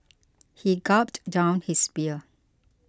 he gulped down his beer